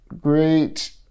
Great